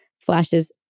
flashes